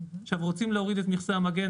רוצים להוריד את מכסי המגן?